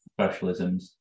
specialisms